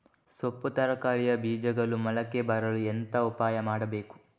ಸೊಪ್ಪು ತರಕಾರಿಯ ಬೀಜಗಳು ಮೊಳಕೆ ಬರಲು ಎಂತ ಉಪಾಯ ಮಾಡಬೇಕು?